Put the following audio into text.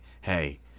hey